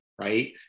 Right